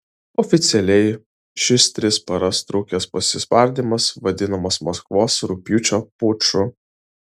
oficialiai šis tris paras trukęs pasispardymas vadinamas maskvos rugpjūčio puču